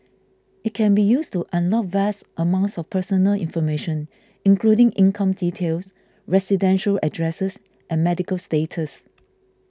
it can be used to unlock vast amounts of personal information including income details residential address and medical status